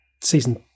season